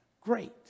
great